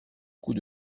coup